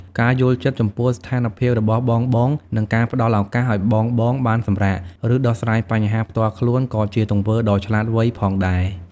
ការយល់ចិត្ត ចំពោះស្ថានភាពរបស់បងៗ និង ការផ្ដល់ឱកាស ឱ្យបងៗបានសម្រាក ឬដោះស្រាយបញ្ហាផ្ទាល់ខ្លួន ក៏ជាទង្វើដ៏ឆ្លាតវៃផងដែរ។